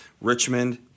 Richmond